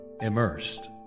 immersed